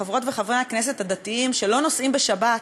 חברות וחברי הכנסת הדתיים שלא נוסעים בשבת,